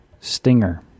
stinger